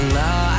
now